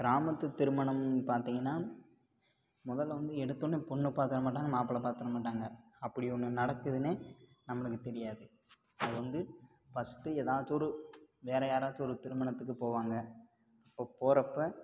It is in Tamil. கிராமத்து திருமணம் பார்த்தீங்கன்னா முதலில் வந்து எடுத்தோன்னே பொண்ணை பார்த்துட மாட்டாங்க மாப்பிளை பார்த்துட மாட்டாங்க அப்படி ஒன்று நடக்குதுன்னு நம்மளுக்கு தெரியாது அது வந்து ஃபஸ்ட்டு ஏதாச்சும் ஒரு வேறு யாராச்சும் ஒரு திருமணத்துக்கு போவாங்க அப்போது போகிறப்ப